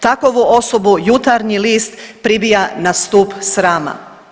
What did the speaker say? Takovu osobu Jutarnji list pribija na stup srama.